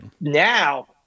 now